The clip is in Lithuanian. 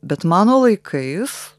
bet mano laikais